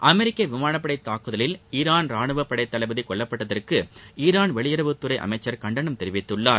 அமெரிக்க விமானப்படை தாக்குதலில் ஈரான் ரானுவப் படைத்தளபதி கொல்லப்பட்டதற்கு ஈரான் வெளியுறவுத்துறை அமைச்சர் கண்டனம் தெரிவித்துள்ளார்